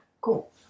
Cool